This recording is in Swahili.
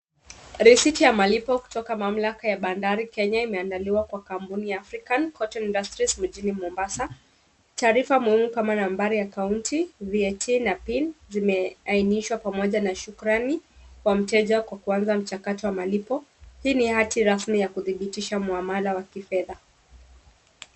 Risiti ya malipo kutoka Mamlaka ya Bandari Kenya imeandaliwa na kampuni ya Afrika Cotton Industry mjini Mombasa. Taarifa muhimu kama nambari ya kaunti, VAT, na PIN zimeainishwa, pamoja na shukrani kwa mteja kwa kuanza mchakato wa malipo. Hii ni hati rasmi ya kudhibitisha muamala wa kifedha.